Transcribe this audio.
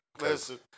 Listen